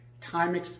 time